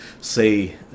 say